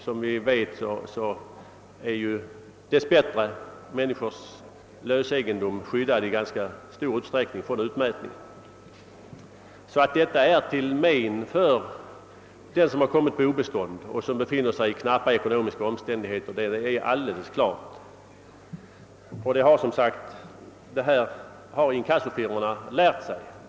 Som vi vet är också människors lösegendom dess bättre i ganska stor utsträckning skyddad från utmätning. Detta förfarande är alltså till men för den som har kommit på obestånd och befinner sig i knappa ekonomiska omständigheter — det är alldeles klart. Detta har, som sagt, inkassofirmorna lärt sig.